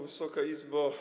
Wysoka Izbo!